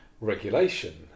regulation